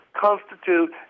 constitute